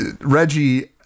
Reggie